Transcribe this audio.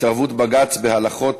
התערבות בג"ץ בהלכות